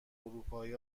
اروپایی